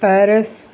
Paris